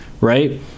right